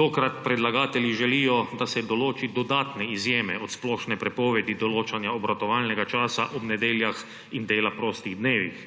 Tokrat predlagatelji želijo, da se določi dodatne izjeme od splošne prepovedi določanja obratovalnega časa ob nedeljah in dela prostih dnevih,